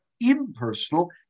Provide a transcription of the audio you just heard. impersonal